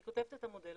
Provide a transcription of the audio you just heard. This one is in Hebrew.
אני כותבת את המודל,